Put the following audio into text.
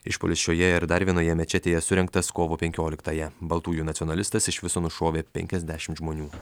išpuolis šioje ir dar vienoje mečetėje surengtas kovo penkioliktąją baltųjų nacionalistas iš viso nušovė penkiasdešimt žmonių